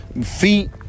feet